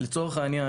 לצורך העניין,